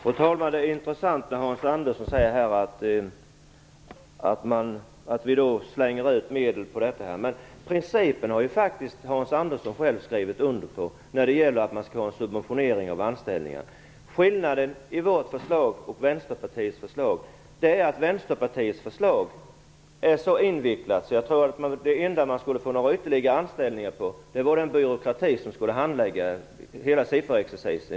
Fru talman! Det är intressant när Hans Andersson säger att vi slänger ut medel på detta. Men Hans Andersson har faktiskt själv skrivit under på principen att man skall ha en subventionering av anställningarna. Skillnaden mellan vårt förslag och Vänsterpartiets förslag är att Vänsterpartiets förslag är så invecklat att det enda som skulle ge några ytterligare anställningar vore den byråkrati som skulle krävas för att handlägga sifferexercisen.